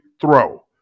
throw